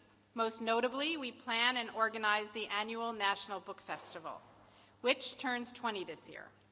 most notably, we plan and organize the annual national book festival which turns twenty this year.